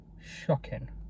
Shocking